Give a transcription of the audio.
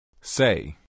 Say